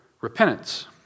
repentance